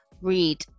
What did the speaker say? read